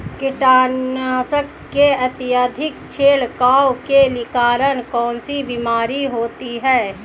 कीटनाशकों के अत्यधिक छिड़काव के कारण कौन सी बीमारी होती है?